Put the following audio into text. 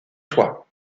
toi